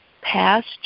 past